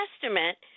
Testament